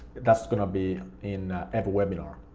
that's gonna be in every webinar.